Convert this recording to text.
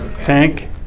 Tank